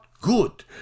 good